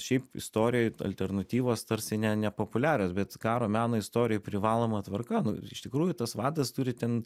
šiaip istorijoj alternatyvos tarsi ne nepopuliarios bet karo meno istorijoj privaloma tvarka nu ir iš tikrųjų tas vadas turi ten